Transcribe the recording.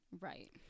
Right